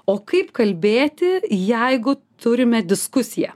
o kaip kalbėti jeigu turime diskusiją